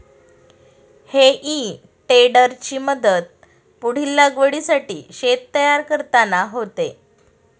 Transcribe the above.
हेई टेडरची मदत पुढील लागवडीसाठी शेत तयार करताना होते